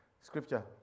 Scripture